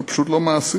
זה פשוט לא מעשי.